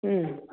ಹ್ಞೂ